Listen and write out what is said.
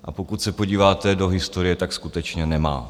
A pokud se podíváte do historie, tak skutečně nemá.